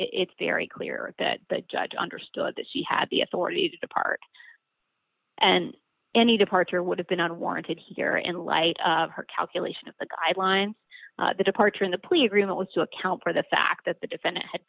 it's very clear that the judge understood that she had the authority to depart and any departure would have been on warranted here and like her calculation of the guidelines the departure in the plea agreement was to account for the fact that the defendant had